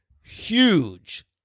huge